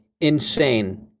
insane